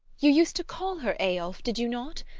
you used to call her eyolf, did you not?